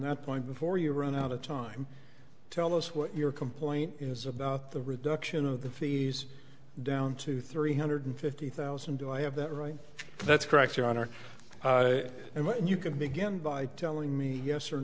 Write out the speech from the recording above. that point before you run out of time tell us what your complaint is about the reduction of the fees down to three hundred fifty thousand do i have that right that's correct your honor and you can begin by telling me yes or